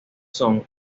son